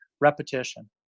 repetition